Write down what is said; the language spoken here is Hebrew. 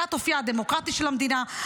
שלילת אופייה הדמוקרטי של המדינה,